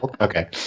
Okay